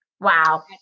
Wow